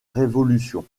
révolution